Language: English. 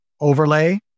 overlay